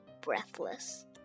breathless